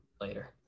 later